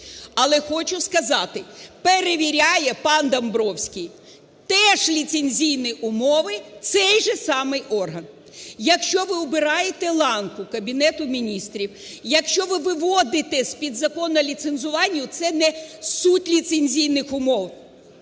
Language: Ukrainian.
Але хочу сказати: перевіряє, пан Домбровський, теж ліцензійні умови цей же самий орган. Якщо ви убираєте ланку Кабінету Міністрів, якщо ви виводите з-під Закону про ліцензування, це не суть ліцензійних умов,